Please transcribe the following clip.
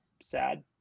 sad